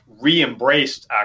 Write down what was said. re-embraced